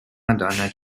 madonna